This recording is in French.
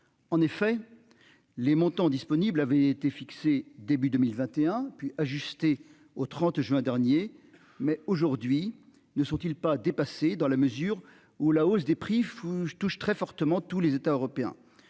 en effet. Les montants disponibles avait été fixé début 2021 puis ajuster au 30 juin dernier mais aujourd'hui ne sont-ils pas dépasser, dans la mesure où la hausse des prix fous je touche très fortement tous les États européens.